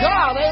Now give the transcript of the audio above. God